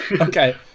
okay